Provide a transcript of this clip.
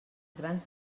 grans